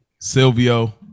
Silvio